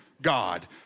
God